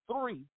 three